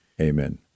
amen